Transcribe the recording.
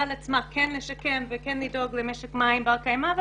כן לשקם וכן לדאוג למשק מים בר קיימא,